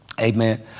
Amen